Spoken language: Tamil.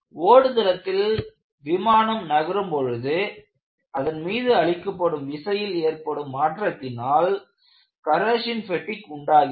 ஓடுதளத்தில் விமானம் நகரும் பொழுது அதன் மீது அளிக்கப்படும் விசையில் ஏற்படும் மாற்றத்தினால் கரோஷன் பெட்டிக் உண்டாகிறது